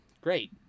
Great